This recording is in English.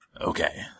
Okay